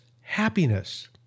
happiness